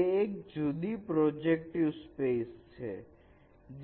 તે એક જુદી પ્રોજેક્ટિવ સ્પેસ છે